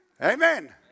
Amen